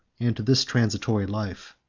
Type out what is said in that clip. and to this transitory life.